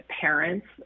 parents